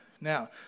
Now